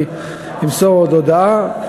אני אמסור עוד הודעה.